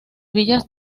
villas